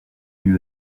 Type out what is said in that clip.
lui